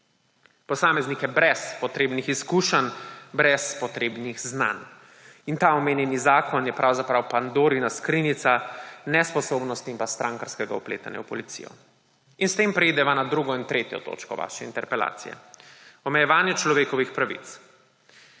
posameznike brez potrebnih izkušenj, brez potrebnih znanj. In ta omenjeni zakon je pravzaprav Pandorina skrinjica nesposobnosti in strankarskega vpletanja v Policijo. In s tem preideva na drugo in tretjo točko vaše interpelacije. Omejevanje človekovih pravic.